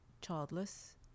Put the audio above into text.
childless